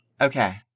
Okay